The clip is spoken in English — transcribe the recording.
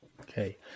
Okay